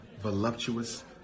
voluptuous